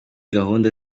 gahunda